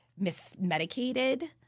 mismedicated